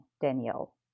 Danielle